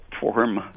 form